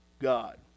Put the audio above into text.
God